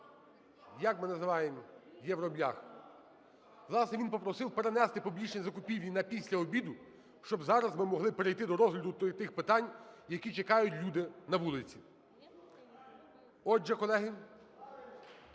як ми називаємо, "євроблях", власне, він попросив перенести публічні закупівлі на після обіду, щоб зараз ми могли перейти до розгляду тих питань, які чекають люди на вулиці. Отже, колеги,